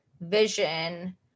vision